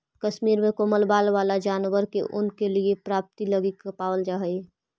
कश्मीर में कोमल बाल वाला जानवर के ऊन के प्राप्ति लगी पालल जा हइ